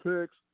picks